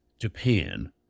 Japan